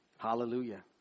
Hallelujah